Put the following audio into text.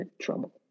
trouble